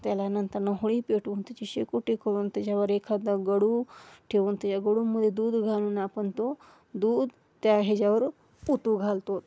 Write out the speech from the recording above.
त्यालानंतरनं होळी पेटवून त्याची शेकोटी करून त्याच्यावर एखादा गडू ठेवून त्याच्या गडूमध्ये दूध घालून आपण तो दूध त्या ह्याच्यावर उतू घालतो